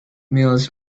mills